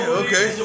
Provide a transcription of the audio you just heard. okay